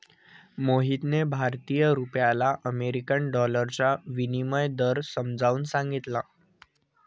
मोहितने भारतीय रुपयाला अमेरिकन डॉलरचा विनिमय दर समजावून सांगितला